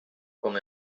com